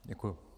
Děkuju.